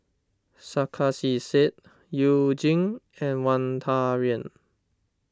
Sarkasi Said You Jin and Wang Dayuan